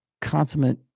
consummate